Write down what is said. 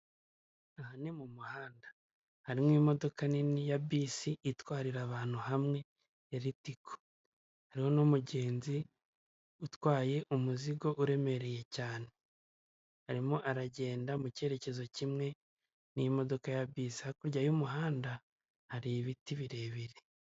Aha ni mu muhanda. Harimo imodoka nini ya bisi, itwarira abantu hamwe na ritiko. Hariho n'umugenzi utwaye umuzigo uremereye cyane. Arimo aragenda mu cyerekezo kimwe n'imodoka ya bisi. Hakurya y'umuhanda hari ibiti birebire.